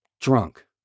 drunk